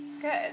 good